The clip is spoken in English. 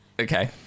Okay